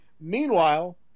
meanwhile